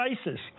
ISIS